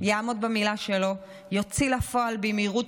יעמוד במילה שלו ויוציא לפועל במהירות